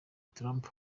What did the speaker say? trump